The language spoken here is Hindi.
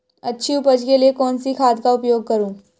अच्छी उपज के लिए कौनसी खाद का उपयोग करूं?